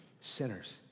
sinners